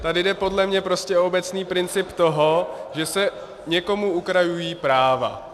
Tady jde podle mě o obecný princip toho, že se někomu ukrajují práva.